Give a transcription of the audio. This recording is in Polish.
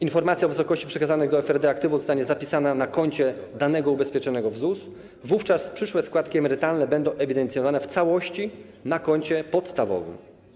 Informacja o wysokości aktywów przekazanych do FRD zostanie zapisana na koncie danego ubezpieczonego w ZUS, wówczas wszystkie składki emerytalne będą ewidencjonowane w całości na koncie podstawowym.